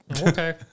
Okay